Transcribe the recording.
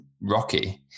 rocky